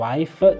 Wife